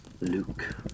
luke